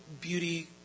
beauty